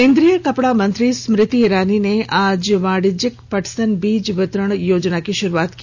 केंद्रीय कपडा मंत्री स्मृति ईरानी ने आज वाणिज्यिक पटसन बीज वितरण योजना की शुरूआत की